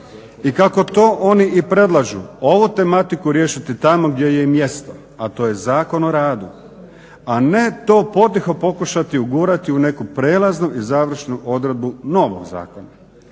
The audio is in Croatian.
i kako to oni i predlažu ovu tematiku riješiti tamo gdje je i mjesto, a to je Zakon o radu. A ne to potiho pokušati ugurati u neku prijelaznu i završnu odredbu novog zakona.